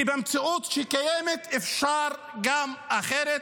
כי במציאות שקיימת אפשר גם אחרת.